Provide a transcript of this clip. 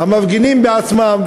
והמפגינים בעצמם,